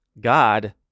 God